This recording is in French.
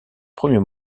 premier